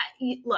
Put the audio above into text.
look